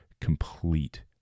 complete